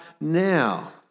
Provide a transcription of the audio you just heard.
now